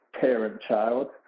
parent-child